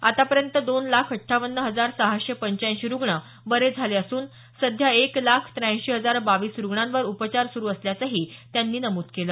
आतापर्यंत दोन लाख अठ्ठावन्न हजार सहाशे पंच्याऐंशी रुग्ण बरे झाले असून सध्या एक लाख त्र्याऐंशी हजार बावीस रुग्णांवर उपचार सुरू असल्याचंही त्यांनी नमूद केलं